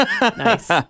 Nice